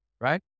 right